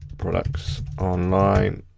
products online